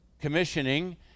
commissioning